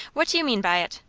what do you mean by it?